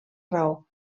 raó